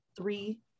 three